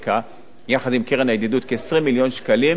יחד עם הקרן לידידות, כ-20 מיליון שקלים בתלושים.